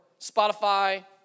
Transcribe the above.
Spotify